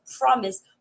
Promise